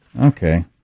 Okay